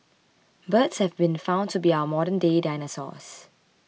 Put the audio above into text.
birds have been found to be our modernday dinosaurs